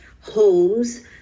homes